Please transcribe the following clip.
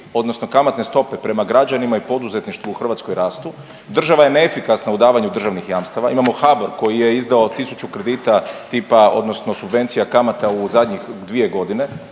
odnosno kamatne stope prema građanima i poduzetništvu u Hrvatskoj rastu, država je neefikasna u davanju državnih jamstava, imamo HBOR koji je izdao tisuću kredita tipa odnosno subvencija kamata u zadnjih 2.g., dakle